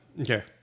Okay